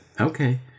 okay